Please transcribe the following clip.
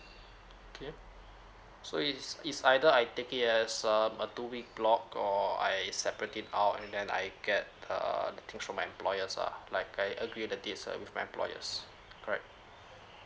okay so it's it's either I take it as um a two week block or I is separate it out and then I get err the things from my employers lah like I agree that this uh with my employers correct